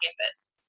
campus